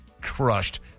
crushed